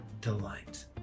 delight